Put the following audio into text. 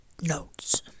notes